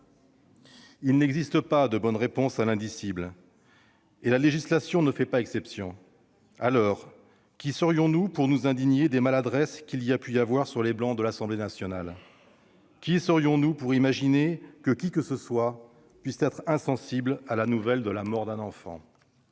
Il n'existe pas de bonnes réponses à l'indicible. La législation ne fait pas exception. Qui serions-nous pour nous indigner des maladresses qu'il a pu y avoir sur les bancs de l'Assemblée nationale ? Qui serions-nous pour imaginer que qui que ce soit puisse être insensible à la nouvelle de la mort d'un enfant ?